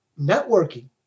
networking